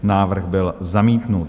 Návrh byl zamítnut.